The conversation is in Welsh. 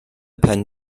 pen